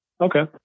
Okay